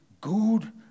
good